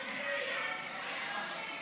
ההצעה